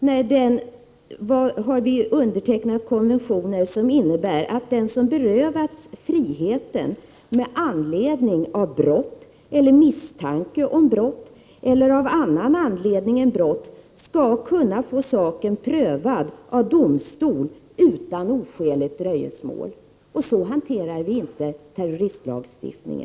Bl.a. har vi undertecknat konventioner, som innebär att den som berövats friheten med anledning av brott, misstanke om brott eller av annan anledning än brott skall kunna få saken prövad av domstol utan oskäligt dröjsmål. Så hanterar vi inte terroristlagstiftningen.